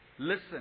Listen